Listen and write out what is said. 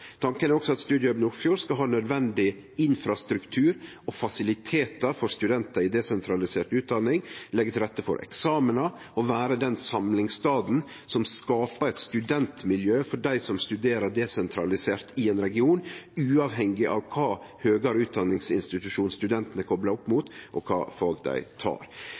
Tanken er også at Studiehub Nordfjord skal ha nødvendig infrastruktur og fasilitetar for studentar i desentralisert utdanning, leggje til rette for eksamenar og vere den samlingsstaden som skapar eit studentmiljø for dei som studerer desentralisert i regionen, uavhengig av kva høgare utdanningsinstitusjon studenten er kopla opp mot, og kva fag dei